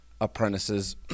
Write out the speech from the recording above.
apprentices